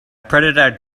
predator